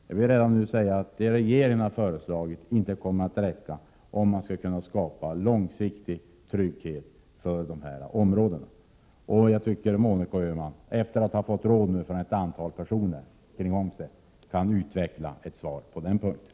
Jag vill redan nu säga att det som regeringen har föreslagit inte kommer att räcka om det skall kunna skapas långsiktig trygghet för dessa områden. Jag tycker att Monica Öhman, efter att nu ha fått råd från ett antal personer, bör kunna utveckla ett svar på den punkten.